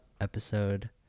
episode